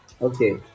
Okay